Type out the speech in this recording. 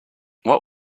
what